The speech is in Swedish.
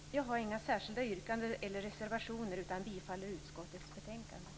Jag har inga särskilda yrkanden eller reservationer utan yrkar bifall till utskottets hemställan.